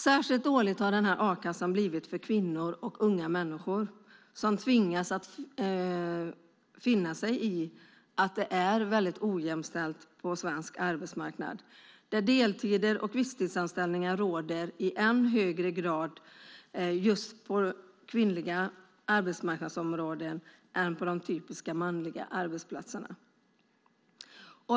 Särskilt dålig har a-kassan blivit för kvinnor och unga människor som tvingas att finna sig i att det är väldigt ojämställt på svensk arbetsmarknad, där deltider och visstidsanställningar råder i än högre grad just på kvinnliga arbetsmarknadsområden än på de typiskt manliga arbetsplatserna.